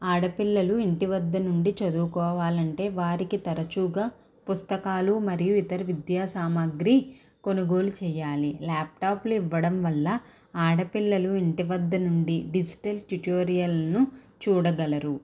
ఆడపిల్లలు ఇంటివద్ద నుండి చదువుకోవాలంటే వారికి తరచుగా పుస్తకాలు మరియు ఇతర విద్యా సామాగ్రి కొనుగోలు చేయాలి లాప్టాప్లు ఇవ్వడం వల్ల ఆడపిల్లలు ఇంటివద్ద నుండి డిజిటల్ ట్యుటోరియల్ను చూడగలరు